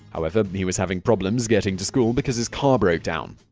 however, he was having problems getting to school because his car broke down.